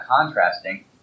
contrasting